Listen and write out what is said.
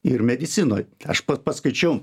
ir medicinoj aš pa paskaičiau